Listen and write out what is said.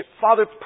Father